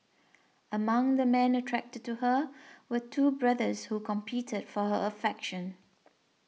among the men attracted to her were two brothers who competed for her affection